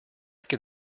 can